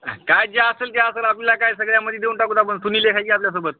काय ज्या असेल ते असंल आपल्याला काय सगळ्यामध्ये देऊन टाकू आपण सुनील एक आहे की आपल्यासोबत